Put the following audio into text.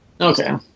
Okay